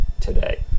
today